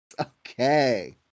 Okay